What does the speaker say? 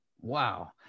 Wow